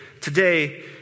today